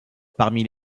parmi